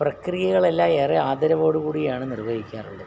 പ്രക്രിയകളെല്ലാം ഏറെ ആദരവോടു കൂടിയാണ് നിർവഹിക്കാറുള്ളത്